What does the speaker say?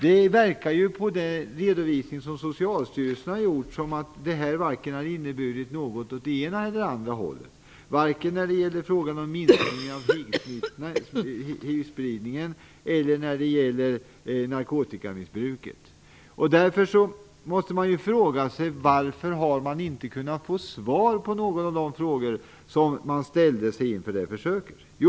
Det verkar på den redovisning som Socialstyrelsen gjort som att det inte inneburit någonting vare sig åt det ena eller åt det andra hållet - varken när det gäller minskningen av hivspridningen eller när det gäller narkotikamissbruket. Därför måste man fråga sig varför man inte kunnat få svar på några av de frågor som ställdes inför försöket.